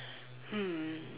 hmm